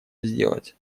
сделать